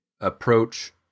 approach